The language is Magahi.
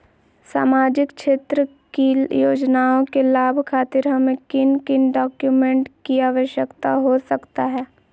सामाजिक क्षेत्र की योजनाओं के लाभ खातिर हमें किन किन डॉक्यूमेंट की आवश्यकता हो सकता है?